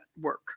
work